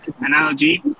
analogy